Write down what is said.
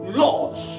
laws